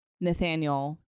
Nathaniel